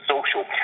social